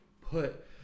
put